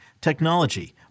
technology